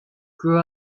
grew